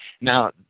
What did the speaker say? Now